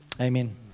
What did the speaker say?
Amen